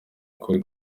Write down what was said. ukuri